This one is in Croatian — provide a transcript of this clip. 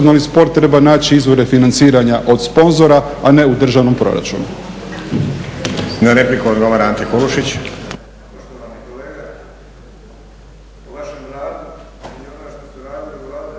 sport treba naći izvore financiranja od sponzora, a ne u državnom proračunu. **Stazić, Nenad (SDP)** Na repliku odgovara Ante Kulušić.